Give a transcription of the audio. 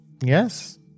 Yes